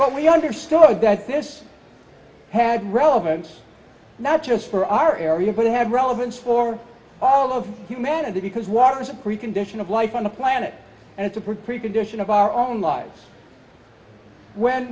but we understood that this had relevance not just for our area could have relevance for all of humanity because water is a precondition of life on the planet and it's a precondition of our own lives when